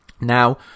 Now